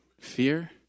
fear